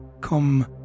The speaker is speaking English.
come